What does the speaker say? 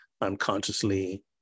unconsciously